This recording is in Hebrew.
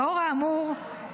לאור האמור,